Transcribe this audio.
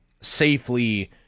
safely